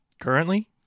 Currently